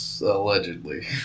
allegedly